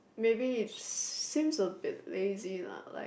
maybe it seems a bit lazy lah like